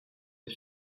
des